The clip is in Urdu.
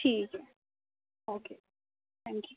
ٹھیک ہے اوکے تھیانک یو